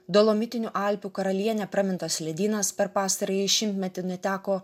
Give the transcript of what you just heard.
dolomitinių alpių karaliene pramintas ledynas per pastarąjį šimtmetį neteko